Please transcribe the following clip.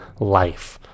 life